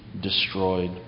destroyed